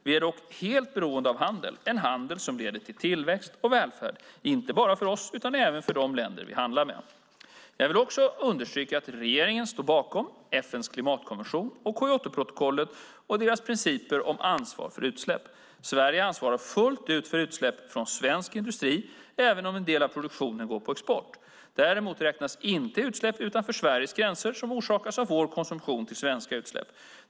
Vi är dock helt beroende av handel - en handel som leder till tillväxt och välfärd, inte bara för oss utan även för de länder vi handlar med. Jag vill också understryka att regeringen står bakom FN:s klimatkonvention och Kyotoprotokollet och deras principer om ansvar för utsläpp. Sverige ansvarar fullt ut för utsläppen från svensk industri även om en del av produktionen går på export. Däremot räknas inte utsläpp utanför Sveriges gränser som orsakas av vår konsumtion till de svenska utsläppen.